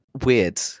weird